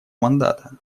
мандата